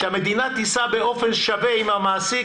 שהמדינה תישא באופן שווה עם המעסיק